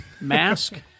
Mask